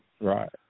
Right